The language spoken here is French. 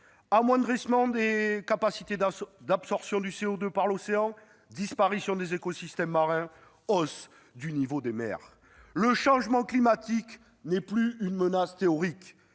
amoindrissement des capacités d'absorption du CO2 par l'océan, disparition des écosystèmes marins, hausse du niveau des mers ... Le changement climatique n'est plus une menace théorique